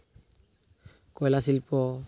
ᱠᱚᱭᱞᱟ ᱥᱤᱞᱯᱚ